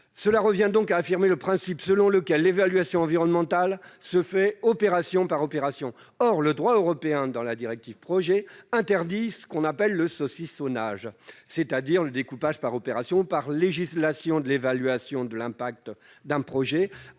Cela revient donc à affirmer le principe selon lequel l'évaluation environnementale se fait opération par opération. Or le droit européen, dans la directive Projets, interdit le « saucissonnage », c'est-à-dire le découpage par opération ou par législation de l'évaluation de l'impact d'un projet,